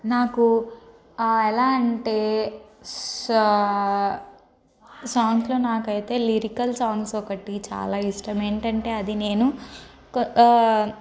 నాకు ఎలా అంటే సా సాంగ్స్లో నాకైతే లిరికల్ సాంగ్స్ ఒకటి చాలా ఇష్టము ఏంటంటే అది నేను కొ